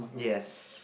yes